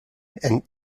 and